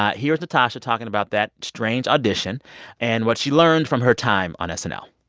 ah here's natasha talking about that strange audition and what she learned from her time on snl.